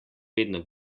vedno